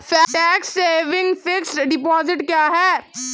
Tax saving fixed deposit क्या है?